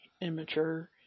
immature